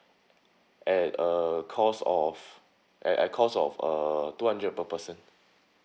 at a cost of at at cost of uh two hundred per person